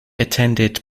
attended